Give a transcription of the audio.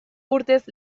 urtez